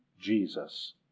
Jesus